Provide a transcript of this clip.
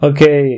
Okay